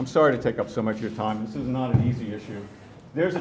i'm sorry to take up so much your time this is not an easy issue there's